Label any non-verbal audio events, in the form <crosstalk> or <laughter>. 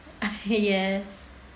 <laughs> yes